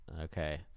Okay